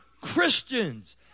Christians